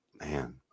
Man